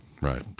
right